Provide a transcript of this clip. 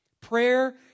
Prayer